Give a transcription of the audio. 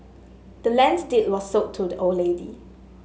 the land's deed was sold to the old lady